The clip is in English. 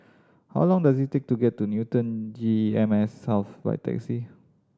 how long does it take to get to Newton G E M S South by taxi